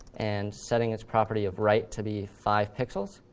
and setting its property of right to be five pixels.